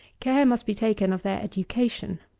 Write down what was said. care must be taken of their education.